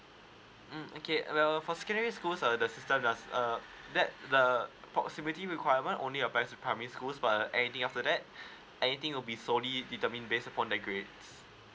mm okay well for secondary school err the system does err that the proximity requirement only applies to primary schools but anything after that anything will be solely determined based upon their grades